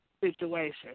situation